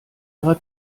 ihrer